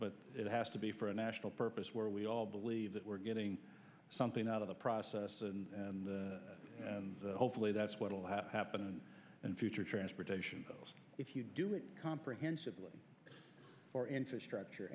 but it has to be for a national purpose where we all believe that we're getting something out of the process and and hopefully that's what will happen in future transportation if you do it comprehensively for infrastructure